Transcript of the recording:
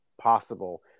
possible